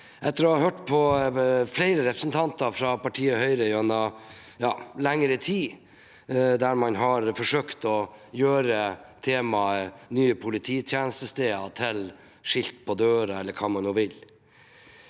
etter å ha hørt på flere representanter fra partiet Høyre gjennom lengre tid, der man har forsøkt å gjøre temaet «nye polititjenestesteder» til skilt på døren, eller hva man nå vil.